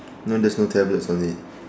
no there's no tablets on it